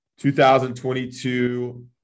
2022